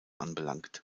anbelangt